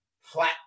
flat